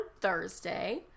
thursday